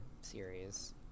series